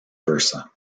versa